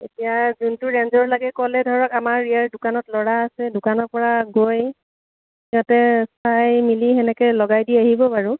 এতিয়া যোনটো ৰেঞ্জৰ লাগে ক'লে ধৰক আমাৰ ইয়াৰ দোকানত ল'ৰা আছে দোকানৰ পৰা গৈ সিহঁতে চাই মিলি সেনেকে লগাই দি আহিব বাৰু